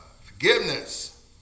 forgiveness